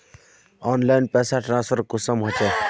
Online पैसा transfer कुंसम होचे?